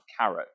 carrot